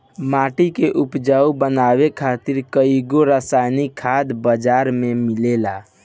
माटी के उपजाऊ बनावे खातिर कईगो रासायनिक खाद बाजार में मिलता